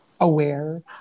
aware